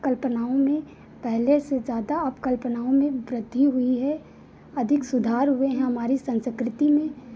कल्पनाओं में पहले से ज़्यादा अब कल्पनाओं में वृद्धि हुई है अधिक सुधार हुए हैं हमारी संस्कृति में